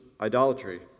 idolatry